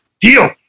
deal